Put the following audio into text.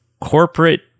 corporate